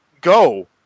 go